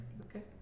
Okay